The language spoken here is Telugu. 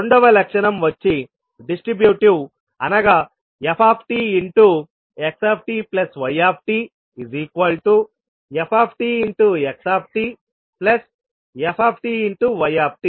రెండవ లక్షణం వచ్చి డిస్ట్రిబ్యూటివ్ అనగా ftxtytftxtftyt